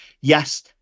yes